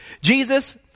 Jesus